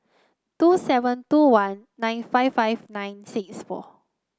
two seven two one nine five five nine six four